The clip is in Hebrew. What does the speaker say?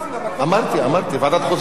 אמרתי, אמרתי ועדת חוץ וביטחון.